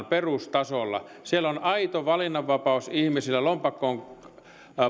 perustasolla siellä on aito valinnanvapaus ihmisillä lompakon